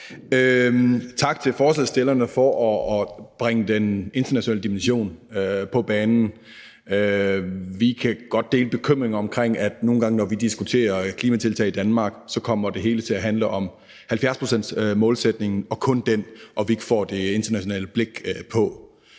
Tak til forslagsstillerne for at bringe den internationale dimension på banen. Vi kan godt dele bekymringen om, at det hele nogle gange, når vi diskuterer klimatiltag i Danmark, kommer til at handle om 70-procentsmålsætningen og kun om den, og at vi ikke får det internationale blik på